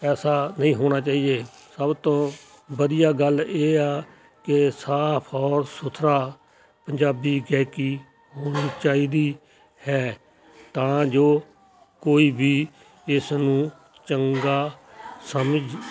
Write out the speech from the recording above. ਐਸਾ ਨਹੀਂ ਹੋਣਾ ਚਾਹੀਏ ਸਭ ਤੋਂ ਵਧੀਆ ਗੱਲ ਇਹ ਆ ਕਿ ਸਾਫ ਔਰ ਸੁਥਰਾ ਪੰਜਾਬੀ ਗਾਇਕੀ ਹੋਣੀ ਚਾਹੀਦੀ ਹੈ ਤਾਂ ਜੋ ਕੋਈ ਵੀ ਇਸ ਨੂੰ ਚੰਗਾ ਸਮਝ